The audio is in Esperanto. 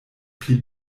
pli